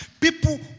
people